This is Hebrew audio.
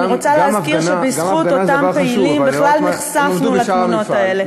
אני רוצה להזכיר שבזכות אותם פעילים בכלל נחשפנו לתמונות האלה.